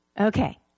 Okay